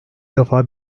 defa